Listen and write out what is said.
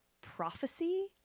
prophecy